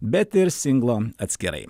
bet ir singlo atskirai